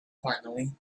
finally